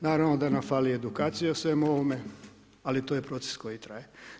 Naravno da nam fali edukacija o svemu ovome, ali to je proces koji traje.